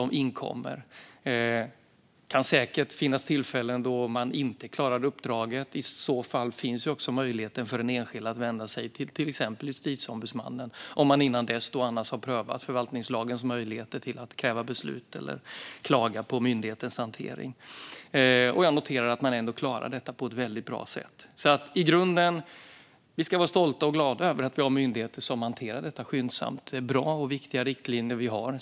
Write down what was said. Det kan säkert finnas tillfällen då man inte klarar uppdraget. I så fall finns det möjlighet för den enskilde att vända sig till exempelvis Justitieombudsmannen, om man innan dess har prövat förvaltningslagens möjligheter att kräva beslut eller klaga på myndighetens hantering. Jag noterar att man ändå klarar detta på ett väldigt bra sätt. Vi ska vara stolta och glada över att vi har en myndighet som hanterar detta skyndsamt. Det är bra och viktiga riktlinjer vi har.